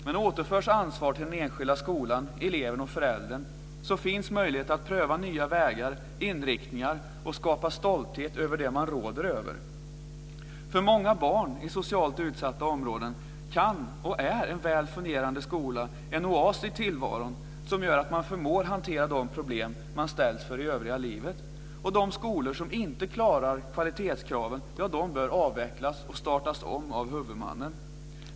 Men återförs ansvar till den enskilda skolan, eleven och föräldern, finns det möjlighet att pröva nya vägar och inriktningar och att skapa stolthet över det som man råder över. För många barn i socialt utsatta områden är en väl fungerande skola en oas i tillvaron som gör att man förmår att hantera de problem som man ställs för i det övriga livet. De skolor som inte klarar kvalitetskraven bör avvecklas och startas om av huvudmannen.